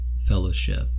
fellowship